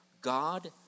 God